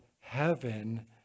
heaven